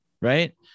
right